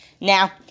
Now